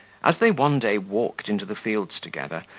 as they one day walked into the fields together,